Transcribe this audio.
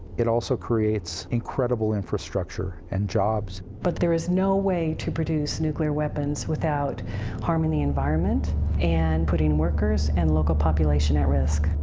it also creates incredible infrastructure and jobs. but there is no way to produce nuclear weapons without harming the environment and putting workers and local population at risk.